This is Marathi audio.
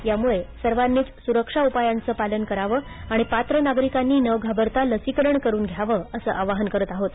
त्यामुळे सर्वांनीच सुरक्षा उपायांचं पालन करावं आणि पात्र नागरिकांनी न घाबरता लसीकरण करून घ्यावं असं आवाहन करत आहोत